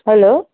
hello